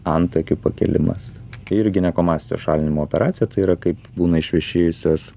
antakių pakėlimas ir ginekomastijos šalinimo operacija tai yra kaip būna išvešėjusios